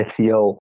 SEO